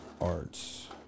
arts